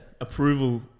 approval